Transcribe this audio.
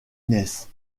naissent